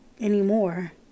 anymore